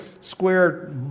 square